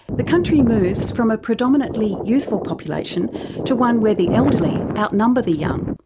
the country moves from a predominantly youthful population to one where the elderly outnumber the young.